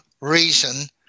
reason